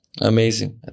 Amazing